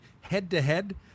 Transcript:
head-to-head